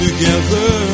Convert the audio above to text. Together